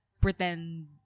pretend